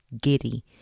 giddy